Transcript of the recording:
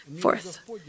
Fourth